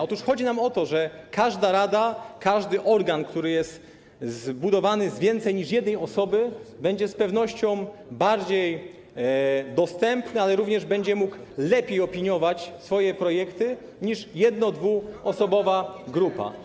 Otóż chodzi nam o to, że każda rada, każdy organ, który tworzy więcej niż jedna osoba, będzie z pewnością bardziej dostępny, ale również będzie mógł lepiej opiniować swoje projekty niż 1-, 2-osobowa grupa.